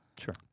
sure